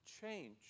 change